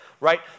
Right